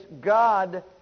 God